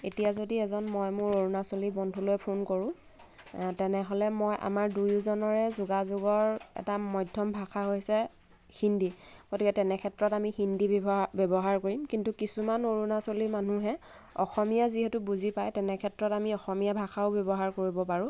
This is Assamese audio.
এতিয়া যদি এজন মই মোৰ অৰুণাচলী বন্ধুলৈ ফোন কৰোঁ তেনেহ'লে মই আমাৰ দুয়োজনৰে যোগাযোগৰ এটা মাধ্যম ভাষা হৈছে হিন্দী গতিকে তেনেক্ষেত্ৰত আমি হিন্দী ব্যৱহা ব্যৱহাৰ কৰিম কিন্তু কিছুমান অৰুণাচলী মানুহে অসমীয়া যিহেতু বুজি পায় তেনেক্ষেত্ৰত আমি অসমীয়া ভাষাও ব্যৱহাৰ কৰিব পাৰোঁ